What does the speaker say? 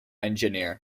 engineer